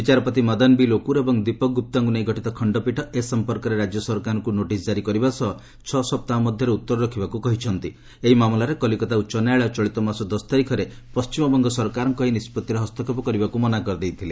ବିଚାରପତି ମଦନ ବି ଲୋକ୍ରର ଏବଂ ଦୀପକ ଗ୍ରପ୍ତାଙ୍କ ନେଇ ଗଠିତ ଖଣ୍ଡପୀଠ ଏ ସମ୍ପର୍କରେ ରାଜ୍ୟ ସରକାରଙ୍କ ନୋଟିସ ଜାରି କରିବା ସହ ଛ' ସପ୍ତାହ ମଧ୍ୟରେ ଉତ୍ତର ରଖିବାକୁ କହିଛନ୍ତି ଏହି ମାମଲାରେ କଲିକତା ଉଚ୍ଚ ନ୍ୟାୟାଳୟ ଚଳିତମାସ ଦଶ ତାରିଖରେ ପଶ୍ଚିମବଙ୍ଗ ସରକାରଙ୍କ ଏହି ନିଷ୍ପଭିରେ ହସ୍ତକ୍ଷେପ କରିବାକୁ ମନା କରିଦେଇଥିଲେ